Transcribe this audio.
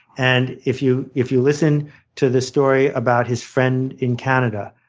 and if you if you listen to the story about his friend in canada,